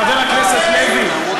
חבר הכנסת לוי,